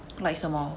like 什么